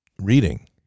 reading